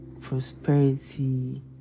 prosperity